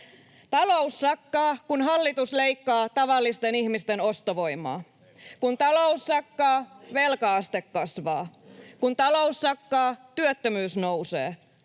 Talous sakkaa, kun hallitus leikkaa tavallisten ihmisten ostovoimaa. [Sheikki Laakso: Ei pidä paikkaansa!] Kun talous sakkaa, velka-aste kasvaa. Kun talous sakkaa, työttömyys nousee.